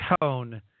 tone